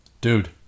dude